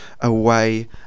Away